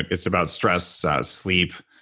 it's about stress, ah sleep,